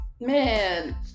man